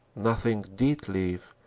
nothing did live,